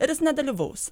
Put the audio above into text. ir jis nedalyvaus